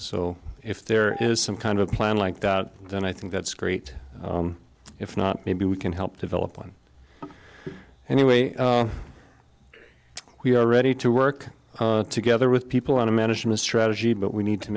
so if there is some kind of plan like that then i think that's great if not maybe we can help develop one anyway we are ready to work together with people on a management strategy but we need to